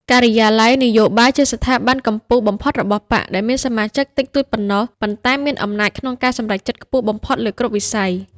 ការិយាល័យនយោបាយជាស្ថាប័នកំពូលបំផុតរបស់បក្ស ដែលមានសមាជិកតិចតួចប៉ុណ្ណោះ ប៉ុន្តែមានអំណាចក្នុងការសម្រេចចិត្តខ្ពស់បំផុតលើគ្រប់វិស័យ ។